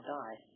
die